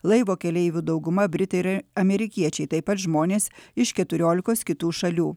laivo keleivių dauguma britai ir amerikiečiai taip pat žmonės iš keturiolikos kitų šalių